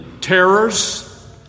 terrors